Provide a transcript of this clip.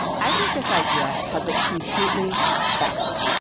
i think this idea has it completely backward.